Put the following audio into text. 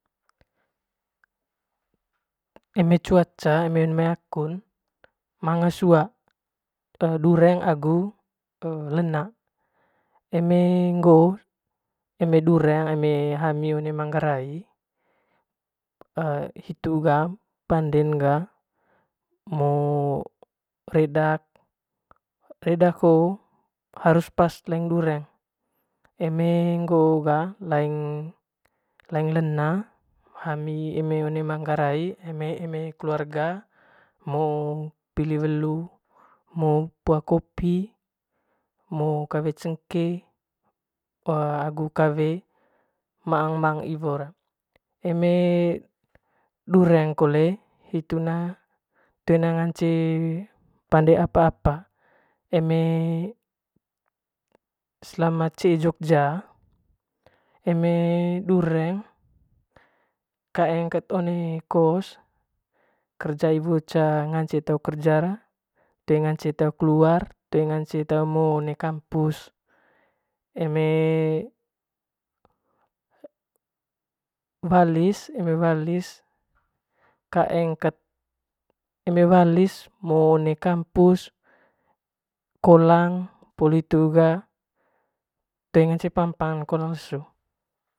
Eme cuaca one eme one mai akun manga sua during agu lena eme ngoo eme during eme hami one mai manggarai hitun ga mo, redak hoo harus pas le dureng eme ngo ga laing lena hami eme one manggarai eme eme kelurga mo poli welu mo pua kopi mo kawe cengke agu kawe iwor eme dureng kole hitu na toe na ngance pande apa apa eme selama cee jogja eme dureng kaeng kat one kos kawe iwor sot toe ma kerja oe ngance te keluar toe ngance te mo one kampus eme walis eme walis kaeng kata eme walis mo one kampus kolang poli hitu ga toe ngance pampangn kolang leso.